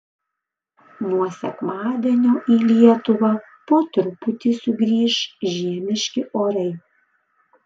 nuo sekmadienio į lietuvą po truputį sugrįš žiemiški orai